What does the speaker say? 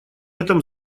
этом